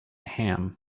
ham